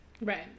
Right